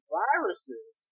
viruses